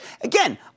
Again